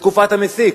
בתקופת המסיק.